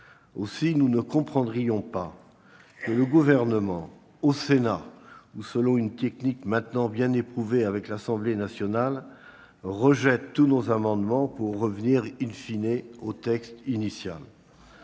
Aussi ne comprendrions-nous pas que le Gouvernement, au Sénat, ou selon une technique maintenant bien éprouvée avec l'Assemblée nationale, les rejette tous, pour revenir au texte initial.